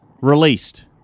released